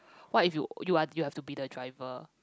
what if you you are you have to be the driver